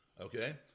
Okay